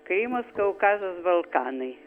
krymas kaukazas balkanai